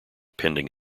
pending